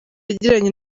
yagiranye